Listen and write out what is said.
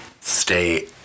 stay